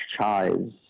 chives